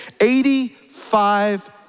Eighty-five